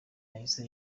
yahise